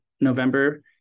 November